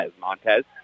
Montez